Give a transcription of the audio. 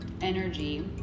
energy